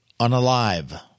unalive